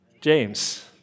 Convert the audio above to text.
James